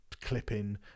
clipping